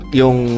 yung